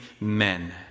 men